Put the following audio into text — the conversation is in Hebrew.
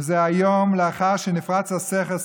וזה היום, לאחר שנפרץ הסכר.